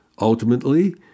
Ultimately